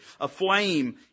aflame